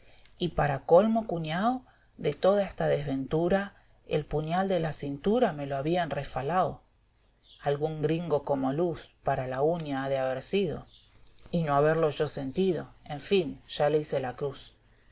y para colmo cuñao de toda esta desventura el puñal de la cintura me lo habían refalao algún gringo como luz para la uña ha de haber sido y no haberlo yo sentido en fin ya le hice la cruz